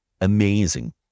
amazing